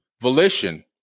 volition